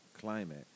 climate